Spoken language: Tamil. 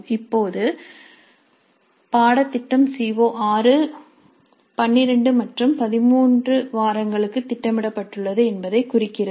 இப்போது பாடதிட்டம் சிஓ6 12 மற்றும் 13 வாரங்களுக்கு திட்டமிடப்பட்டுள்ளது என்பதைக் குறிக்கிறது